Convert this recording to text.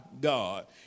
God